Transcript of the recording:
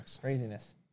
Craziness